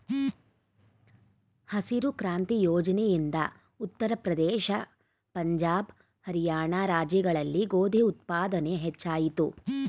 ಹಸಿರು ಕ್ರಾಂತಿ ಯೋಜನೆ ಇಂದ ಉತ್ತರ ಪ್ರದೇಶ, ಪಂಜಾಬ್, ಹರಿಯಾಣ ರಾಜ್ಯಗಳಲ್ಲಿ ಗೋಧಿ ಉತ್ಪಾದನೆ ಹೆಚ್ಚಾಯಿತು